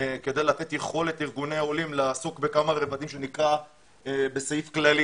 כדי לתת יכולת לארגוני העולים לעסוק בכמה רבדים שנקרא בסעיף כללי